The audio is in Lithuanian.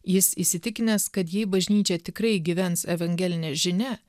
jis įsitikinęs kad jei bažnyčia tikrai gyvens evangeline žinia